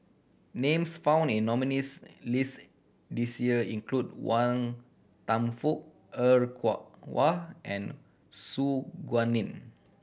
names found in nominees' list this year include Wan Kam Fook Er Kwong Wah and Su Guaning